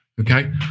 okay